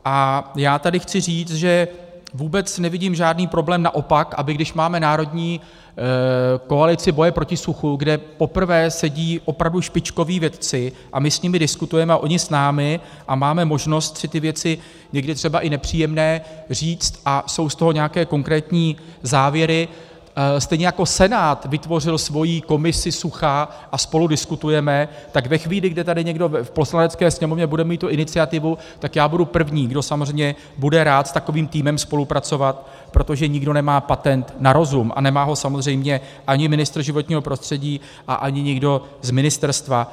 A já tady chci říct, že vůbec nevidím žádný problém, naopak, aby když máme národní koalici boje proti suchu, kde poprvé sedí opravdu špičkoví vědci a my s nimi diskutujeme a oni s námi a máme možnost si ty věci, někdy třeba i nepříjemné, říct, a jsou z toho nějaké konkrétní závěry, stejně jako Senát vytvořil svoji komisi sucha a spolu diskutujeme, tak ve chvíli, kdy tady někdo v Poslanecké sněmovně bude mít tu iniciativu, tak já budu první, kdo samozřejmě bude rád s takovým týmem spolupracovat, protože nikdo nemá patent na rozum a nemá ho samozřejmě ani ministr životního prostředí a ani nikdo z ministerstva.